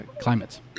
climates